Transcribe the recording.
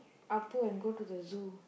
Appu and go to the zoo